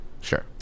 sure